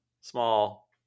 small